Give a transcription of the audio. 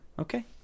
Okay